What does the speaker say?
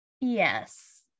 yes